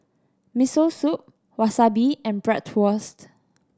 Miso Soup Wasabi and Bratwurst